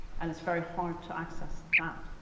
and it's very hard to access that,